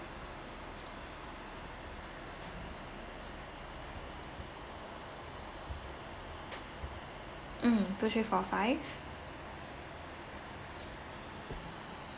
um two three four five